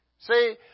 See